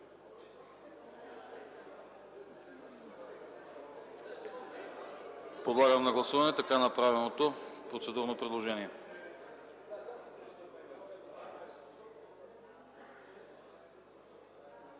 Подлагам на гласуване направеното процедурно предложение